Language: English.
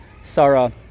Sarah